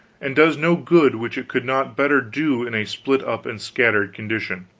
and does no good which it could not better do in a split-up and scattered condition.